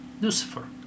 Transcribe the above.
Lucifer